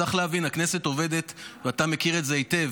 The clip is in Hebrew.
צריך להבין, הכנסת עובדת, ואתה מכיר את זה היטב,